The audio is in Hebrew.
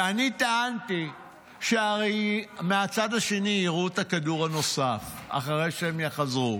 ואני טענתי שהרי מהצד השני יירו את הכדור הנוסף אחרי שהם יחזרו,